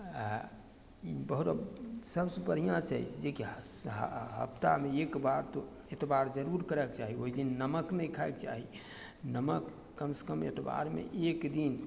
आओर ई सबसँ बढ़िआँ छै जे की हप्ताहमे एक बार तो एतबार जरूर करयके चाही ओइदिन नमक नहि खाइके चाही नमक कम सँ कम एतबारमे एक दिन